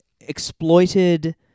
exploited